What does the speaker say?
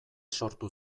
sortu